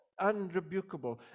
unrebukable